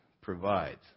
provides